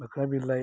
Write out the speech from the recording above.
मोख्रा बिलाइ